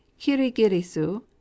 kirigirisu